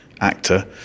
Actor